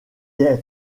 est